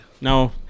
No